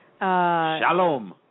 Shalom